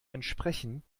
entsprechen